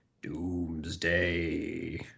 Doomsday